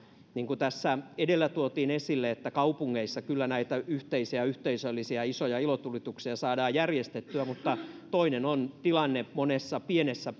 niin kun tässä edellä tuotiin esille kaupungeissa kyllä näitä yhteisiä yhteisöllisiä isoja ilotulituksia saadaan järjestettyä mutta toinen on tilanne monessa pienessä